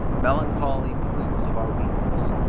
melancholy proofs of our weakness,